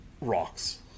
Rocks